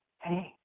Hey